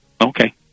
Okay